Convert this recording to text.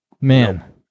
man